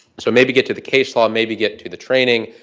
so maybe get to the case law maybe get to the training.